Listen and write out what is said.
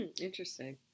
Interesting